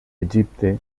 egipte